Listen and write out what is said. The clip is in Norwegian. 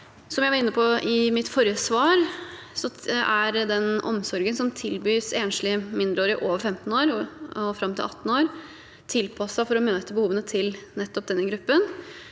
Som jeg var inne på i mitt forrige svar, er den omsorgen som tilbys enslige mindreårige over 15 år og fram til 18 år, tilpasset for å møte behovene til nettopp denne gruppen.